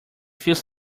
feels